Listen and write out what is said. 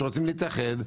שרוצים להתאחד,